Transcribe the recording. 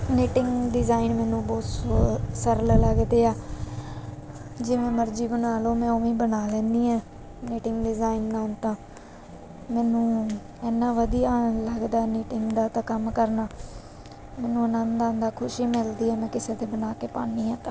knitting design ਮੈਨੂੰ ਬਹੁਤ ਸੋ ਸਰਲ ਲੱਗਦੇ ਆ ਜਿਵੇਂ ਮਰਜ਼ੀ ਬਣਵਾ ਲਓ ਮੈਂ ਓਵੇਂ ਹੀ ਬਣਾ ਲੈਂਦੀ ਹਾਂ ਨਿਟਿੰਗ ਡਿਜ਼ਾਈਨ ਨਾਲ ਤਾਂ ਮੈਨੂੰ ਇੰਨਾ ਵਧੀਆ ਲੱਗਦਾ ਨਿਟਿੰਗ ਦਾ ਤਾਂ ਕੰਮ ਕਰਨਾ ਮੈਨੂੰ ਆਨੰਦ ਆਉਂਦਾ ਖੁਸ਼ੀ ਮਿਲਦੀ ਹੈ ਮੈਂ ਕਿਸੀ ਦੇ ਬਣਾ ਕੇ ਪਾਉਂਦੀ ਹਾਂ ਤਾਂ